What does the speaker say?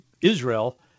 Israel